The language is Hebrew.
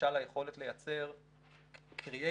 למשל היכולת לייצר קריאטיב,